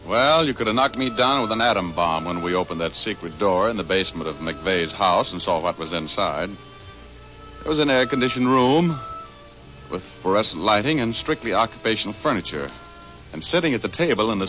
well you could have knocked me down with an atom bomb when we opened that secret door in the basement of mcveigh's house and saw what was inside it was an air conditioned room with breast lighting and strictly occupational furniture and sitting at the table in the